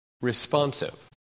responsive